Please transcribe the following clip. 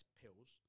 pills